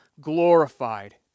glorified